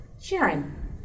Sharon